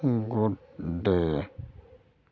good day